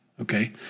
Okay